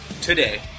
today